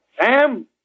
Sam